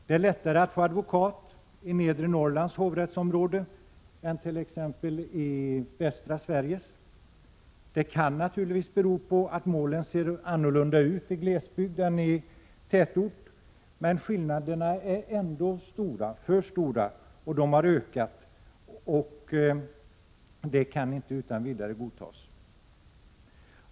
Det är lättare att få advokat i Nedre Norrlands hovrättsområde än t.ex. i Västra Sveriges. Det kan naturligtvis bero på att målen ser annorlunda ut i glesbygd än i tätorter. Men skillnaderna är ändå för stora — och de har ökat — för att utan vidare kunna godtas.